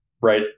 right